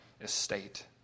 estate